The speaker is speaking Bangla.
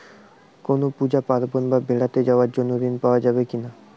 কোনো পুজো পার্বণ বা বেড়াতে যাওয়ার জন্য ঋণ পাওয়া যায় কিনা?